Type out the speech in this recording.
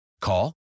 Call